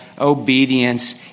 obedience